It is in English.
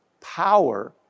power